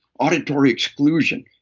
auditory exclusion.